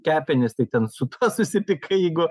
kepenys tai ten su tuo susipykai jeigu